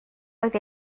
oedd